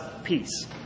peace